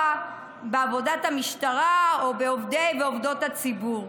בעבודת המשטרה או בעובדי ועובדות הציבור.